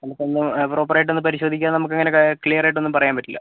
നമുക്കൊന്നും പ്രോപ്പറായിട്ടൊന്നും പരിശോധിക്കാതെ നമുക്കങ്ങനെ ക്ലിയർ ആയിട്ടൊന്നും പറയാൻ പറ്റില്ല